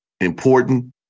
important